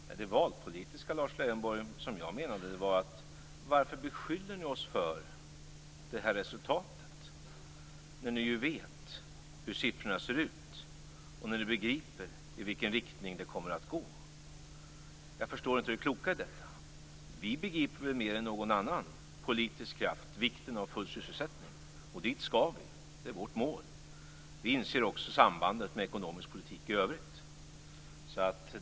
Med det valpolitiska menade jag detta: Varför beskyller ni oss för det här resultatet, när ni vet hur siffrorna ser ut och när ni begriper i vilken riktning det kommer att gå? Jag förstår inte det kloka i detta. Vi begriper väl mer än någon annan politisk kraft vikten av full sysselsättning. Dit skall vi - det är vårt mål. Vi inser också sambandet med ekonomisk politik i övrigt.